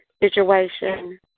situation